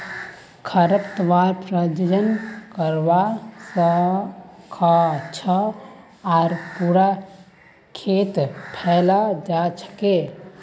खरपतवार प्रजनन करवा स ख छ आर पूरा खेतत फैले जा छेक